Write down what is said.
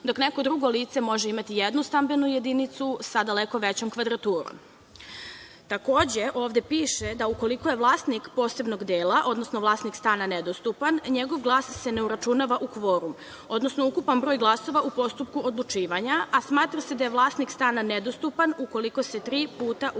dok neko drugo lice može imati jednu stambenu jedinicu, sa daleko većom kvadraturom. Ovde takođe piše da ukoliko je vlasnik posebnog dela odnosno vlasnik stana nedostupan, njegov glas se ne uračunava u kvorum, odnosno ukupan broj glasova u postupku odlučivanja, a smatra se da je vlasnik stana nedostupan ukoliko se tri puta uzastopno